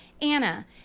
Anna